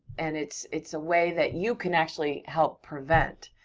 and it's it's a way that you can actually help prevent.